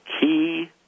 key